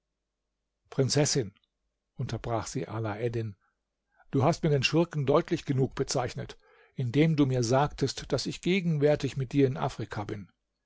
prinzessin unterbrach sie alaeddin du hast mir den schurken deutlich genug bezeichnet indem du mir sagtest daß ich gegenwärtig mit dir in afrika bin